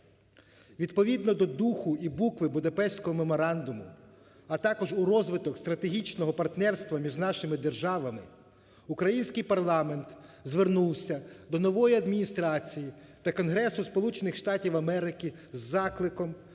Відповідно до духу і букви Будапештського меморандуму, а також у розвиток стратегічного партнерства між нашими державами український парламент звернувся до нової Адміністрації та Конгресу Сполучених Штатів Америки із закликом